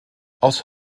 aus